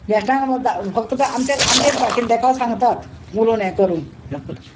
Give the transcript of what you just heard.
गॅश्टांक फक्त आमचे आमचेच भाशेन तेका सांगतात उलोवन हें करून योखद